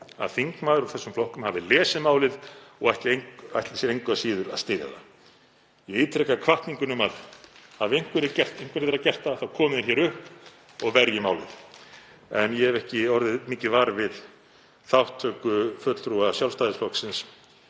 að þingmaður úr þessum flokkum hafi lesið málið og ætli sér engu að síður að styðja það. Ég ítreka hvatninguna um að ef einhverjir hafa gert það þá komi þeir hér upp og verji málið. En ég hef ekki orðið mikið var við þátttöku fulltrúa Sjálfstæðisflokksins